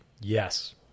Yes